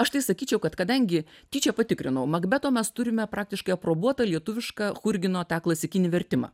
aš tai sakyčiau kad kadangi tyčia patikrinau makbeto mes turime praktiškai aprobuotą lietuvišką churgino tą klasikinį vertimą